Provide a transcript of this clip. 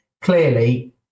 clearly